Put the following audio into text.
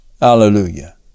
hallelujah